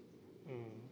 mm